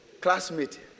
Classmate